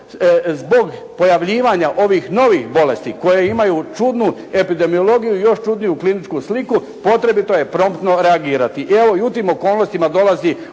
zbog pojavljivanja ovih novih bolesti koje imaju čudnu epidemiologiju i još čudniju kliničku sliku, potrebito je promptno reagirati. I evo u tim okolnostima dolazi